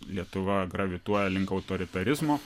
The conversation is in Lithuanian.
lietuva gravituoja link autoritarizmo